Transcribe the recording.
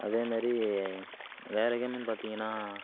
அதே மாதிரி வேற கேமுன்னு பார்த்திங்கன்னா